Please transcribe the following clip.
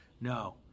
No